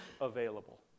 available